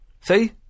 See